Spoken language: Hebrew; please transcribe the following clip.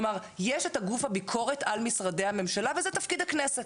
כלומר יש את גוף הביקורת על משרדי הממשלה וזה תפקיד הכנסת.